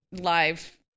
live